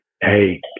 Hey